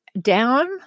down